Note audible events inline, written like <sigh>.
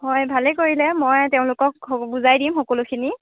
হয় ভালে কৰিলে মই তেওঁলোকক <unintelligible> বুজাই দিম সকলোখিনি